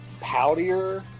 poutier